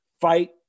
fight